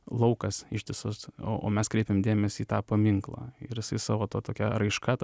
laukas ištisas o o mes kreipiam dėmesį į tą paminklą ir savo ta tokia raiška ta